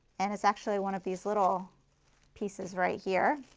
and it's actually one of these little pieces right here.